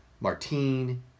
Martine